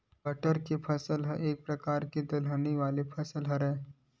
बटरा के फसल एक परकार के दलहन वाले फसल हरय